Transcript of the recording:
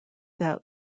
that